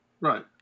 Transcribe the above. Right